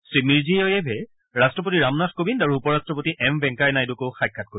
শ্ৰীমিৰ্জিঅ'য়েভে ৰাষ্ট্ৰপতি ৰামনাথ কোবিন্দ আৰু উপ ৰাষ্ট্ৰপতি এম ভেংকায়া নাইডুকো সাক্ষাৎ কৰিব